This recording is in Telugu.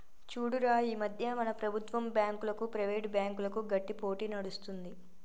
చూడురా ఈ మధ్య మన ప్రభుత్వం బాంకులకు, ప్రైవేట్ బ్యాంకులకు గట్టి పోటీ నడుస్తుంది